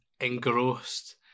engrossed